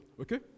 Okay